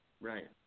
Right